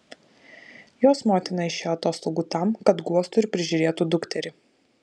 jos motina išėjo atostogų tam kad guostų ir prižiūrėtų dukterį